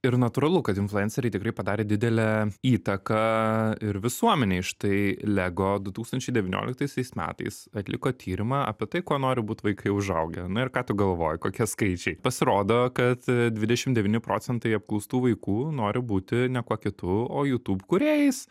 ir natūralu kad influenceriai tikrai padarė didelę įtaką ir visuomenei štai lego du tūkstančiai devynioliktaisiais metais atliko tyrimą apie tai kuo nori būt vaikai užaugę na ir ką tu galvoji kokie skaičiai pasirodo kad dvidešimt devyni procentai apklaustų vaikų nori būti ne kuo kitu o youtube kūrėjais